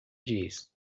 diz